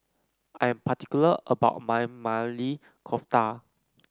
I am particular about my Maili Kofta